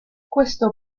questo